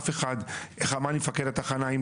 אף אחד איך אמר לי מפקד התחנה: אם